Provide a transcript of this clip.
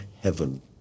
heaven